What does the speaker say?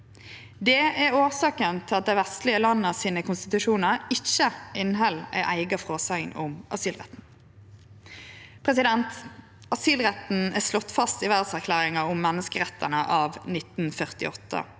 Det er årsaka til at dei vestlege landa sine konstitusjonar ikkje inneheld ei eiga fråsegn om asylretten. Asylretten er slått fast i Verdserklæringa om menneskerettane av 1948,